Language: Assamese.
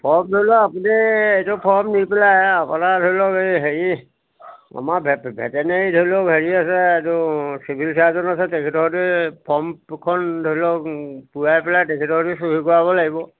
ফৰ্ম ধৰি ল আপুনি এইটো ফৰ্ম নি পেলাই আপোনাৰ ধৰি লওক এই হেৰি আমাৰ ভে ভেটেনেৰি ধৰি লওক হেৰি আছে এইটো চিভিল ছাৰ্জন আছে তেখেতৰতে ফৰ্ম দুখন ধৰি লওক ওলাই পেলাই তেখেতৰটো চহী কৰাব লাগিব